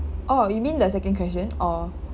oh you mean the second question or